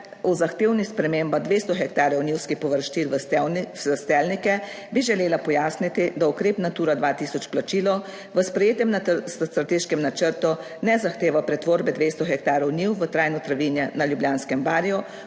o zahtevnih spremembah 200 hektarjev njivskih površin v stelnike bi želela pojasniti, da ukrep Natura 2000 plačilo v sprejetem strateškem načrtu ne zahteva pretvorbe 200 hektarjev njiv v trajno travinje na Ljubljanskem barju,